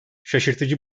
şaşırtıcı